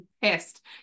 pissed